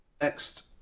Next